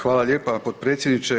Hvala lijepo potpredsjedniče.